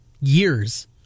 years